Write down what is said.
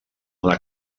una